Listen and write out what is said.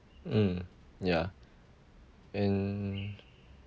mm ya and